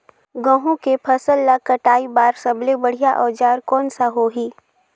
गहूं के फसल ला कटाई बार सबले बढ़िया औजार कोन सा होही?